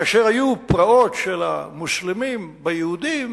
שכאשר היו פרעות של המוסלמים ביהודים,